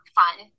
fun